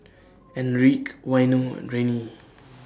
Enrique Waino and Renee